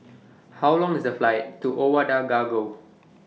How Long IS The Flight to Ouagadougou